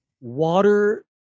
water